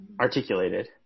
articulated